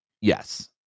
yes